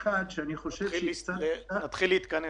יוג'ין, תתחיל להתכנס.